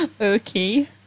okay